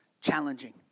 challenging